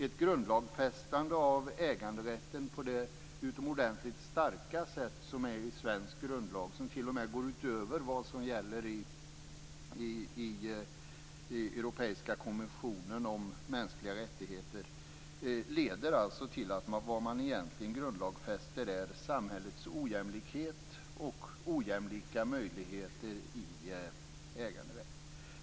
Ett så utomordentligt starkt grundlagsfästande av äganderätten som i svensk grundlag, som t.o.m. går utöver vad som gäller i Europakonventionen om mänskliga rättigheter, leder till att vad man egentligen grundlagsfäster är ojämlikhet i samhället och ojämlika möjligheter i äganderätten.